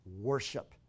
worship